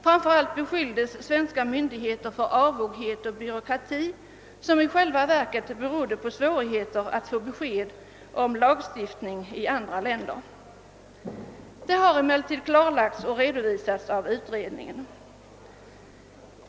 Framför allt beskylides svenska myndigheter för avoghet och byråkrati som i själva verket berodde på svårigheter att få besked om lagstiftning i andra länder. Denna har emellertid klarlagts och redovisats av utredningen.